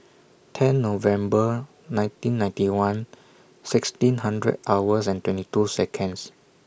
ten November nineteen ninety one sixteen hundred hours and twenty two Seconds